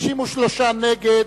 53 נגד,